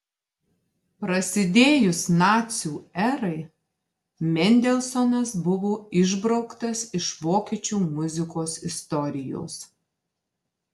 prasidėjus nacių erai mendelsonas buvo išbrauktas iš vokiečių muzikos istorijos